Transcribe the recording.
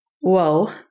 whoa